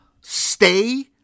stay